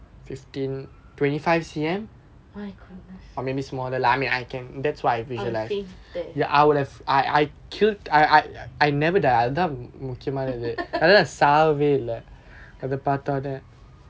my goodness I'll faint there